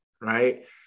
right